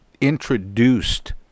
introduced